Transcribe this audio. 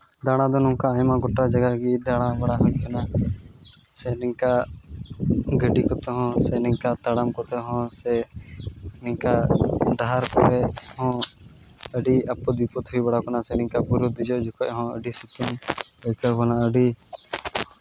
ᱫᱟᱬᱟ ᱫᱚ ᱱᱚᱝᱠᱟ ᱟᱭᱢᱟ ᱜᱚᱴᱮᱡ ᱡᱟᱭᱜᱟ ᱜᱮ ᱫᱟᱬᱟ ᱵᱟᱲᱟ ᱦᱩᱭ ᱠᱟᱱᱟ ᱥᱮ ᱱᱤᱝᱠᱟ ᱜᱟᱹᱰᱤ ᱠᱚᱛᱮ ᱦᱚᱸ ᱥᱮ ᱱᱚᱝᱠᱟ ᱛᱟᱲᱟᱢ ᱠᱚᱛᱮ ᱦᱚᱸ ᱥᱮ ᱱᱤᱝᱠᱟ ᱰᱟᱦᱟᱨ ᱠᱚᱨᱮᱜ ᱦᱚᱸ ᱟᱹᱰᱤ ᱟᱯᱟᱫᱼᱵᱤᱯᱚᱫ ᱦᱩᱭ ᱵᱟᱲᱟ ᱠᱟᱱᱟ ᱥᱮ ᱱᱤᱝᱠᱟ ᱵᱩᱨᱩ ᱫᱮᱡᱚᱜ ᱡᱚᱠᱷᱚᱡ ᱦᱚᱸ ᱟᱹᱰᱤ ᱟᱹᱰᱤ